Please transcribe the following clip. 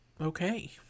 Okay